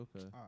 Okay